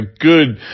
good